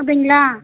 அப்படிங்ளா